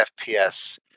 FPS